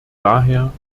daher